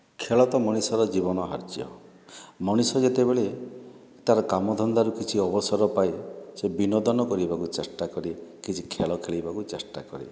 ଖେଳ ତ ମଣିଷର ଜୀବନ ହାର୍ଯ୍ୟ ମଣିଷ ଯେତେବେଳେ ତା'ର କାମଧନ୍ଦାରୁ କିଛି ଅବସର ପାଏ ସେ ବିନୋଦନ କରିବାକୁ ଚେଷ୍ଟା କରେ କିଛି ଖେଳ ଖେଳିବାକୁ ଚେଷ୍ଟା କରେ